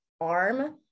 arm